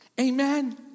Amen